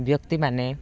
ବ୍ୟକ୍ତିମାନେ